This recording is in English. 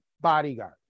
bodyguard